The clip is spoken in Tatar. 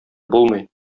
булмый